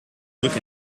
druk